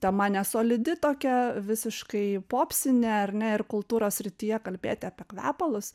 tema nesolidi tokia visiškai popsinė ar ne ir kultūros srityje kalbėti apie kvepalus